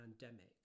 pandemic